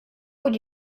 would